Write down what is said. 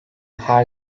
her